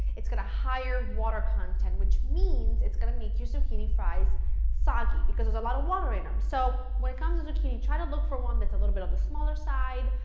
it's got a higher water content which means it's going to make your zucchini fries soggy because there's a lot of water in them, so when it comes to zucchini try to look for one that's a little but on the smaller side,